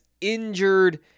injured